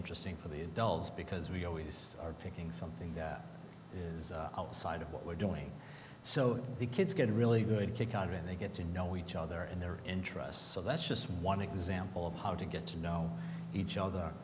interesting for the adults because we always are picking something that is outside of what we're doing so the kids get a really good kick out of it and they get to know each other and their interests so that's just one example of how to get to know each other